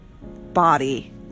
body